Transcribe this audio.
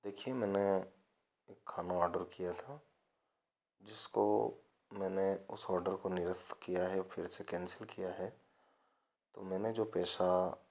देखिए मैंने एक खाना ऑर्डर किया था जिसको मैंने उस ऑर्डर को निरस्त किया है फिर से कैंसिल किया है तो मैंने जो पैसा